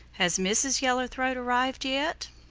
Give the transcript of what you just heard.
has mrs. yellow-throat arrived yet?